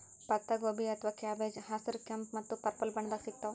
ಪತ್ತಾಗೋಬಿ ಅಥವಾ ಕ್ಯಾಬೆಜ್ ಹಸ್ರ್, ಕೆಂಪ್ ಮತ್ತ್ ಪರ್ಪಲ್ ಬಣ್ಣದಾಗ್ ಸಿಗ್ತಾವ್